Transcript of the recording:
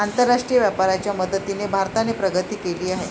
आंतरराष्ट्रीय व्यापाराच्या मदतीने भारताने प्रगती केली आहे